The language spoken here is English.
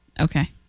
Okay